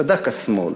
צדק השמאל,